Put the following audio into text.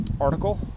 article